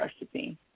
recipe